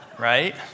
right